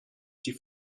die